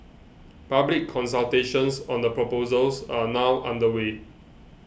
public consultations on the proposals are now underway